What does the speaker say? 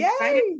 Yay